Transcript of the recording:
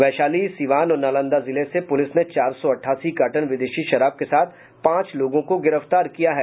वैशाली सीवान और नांलदा जिले से पुलिस ने चार सौ अठासी कार्टन विदेशी शराब के साथ पांच लोगों को गिरफ्तार किया है